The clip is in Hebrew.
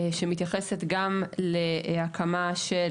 שמתייחסת גם להקמה של